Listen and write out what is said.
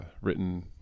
written